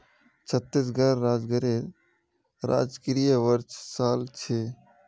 छत्तीसगढ़ राज्येर राजकीय वृक्ष साल छे